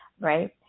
right